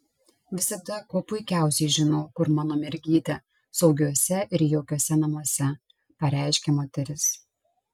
visada kuo puikiausiai žinau kur mano mergytė saugiuose ir jaukiuose namuose pareiškė moteris